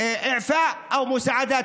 ויתור או הנחות.